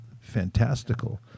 fantastical